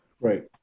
Right